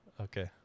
okay